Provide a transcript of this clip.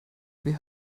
wir